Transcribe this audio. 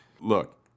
Look